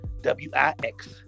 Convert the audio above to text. W-I-X